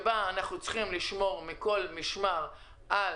בתקופה שבה אנחנו צריכים לשמור מכל משמר על